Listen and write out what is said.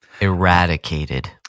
eradicated